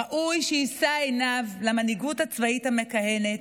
ראוי שיישא עיניו למנהיגות הצבאית המכהנת,